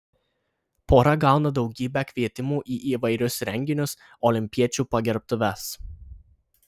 pora gauna daugybę kvietimų į įvairius renginius olimpiečių pagerbtuves